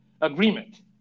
agreement